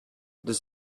does